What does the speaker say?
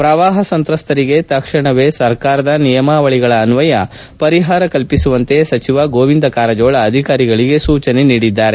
ಪ್ರವಾಹ ಸಂತ್ರಸ್ತರಿಗೆ ತಕ್ಷಣವೇ ಸರ್ಕಾರದ ನಿಯಮಾವಳಿಗಳನ್ನಯ ಪರಿಹಾರ ಕಲ್ಲಿಸುವಂತೆ ಸಚಿವ ಗೋವಿಂದ ಕಾರಜೋಳ ಅಧಿಕಾರಿಗಳಿಗೆ ಸೂಚನೆ ನೀಡಿದ್ದಾರೆ